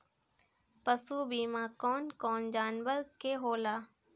पशु बीमा कौन कौन जानवर के होला?